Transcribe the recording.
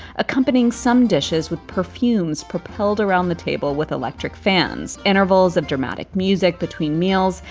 accompanying some dishes with perfumes propelled around the table with electric fans, intervals of dramatic music between meals,